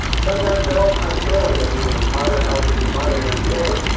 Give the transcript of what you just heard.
sometimes though, i still end up using a modern lcd monitor instead.